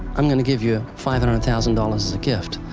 i'm going to give you five hundred thousand dollars as a gift.